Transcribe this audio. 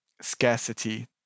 scarcity